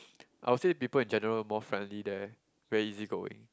I would say people in general more friendly there very easy going